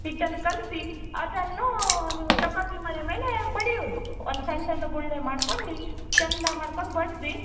ಹಿಟ್ಟನ್ನ ಕಲಿಸಿ ಅದನ್ನೂ ನೀವು ಚಪಾತಿ ಮಣೆ ಮೇಲೆ ಬಡಿಯುದು ಒಂದು ಸಣ್ಣ ಸಣ್ಣ ಗುಳ್ಳೆ ಮಾಡ್ಕೊಂಡು ಚಂದ ಮಾಡ್ಕೊಂಡು ಬಡಿದಿ